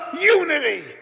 unity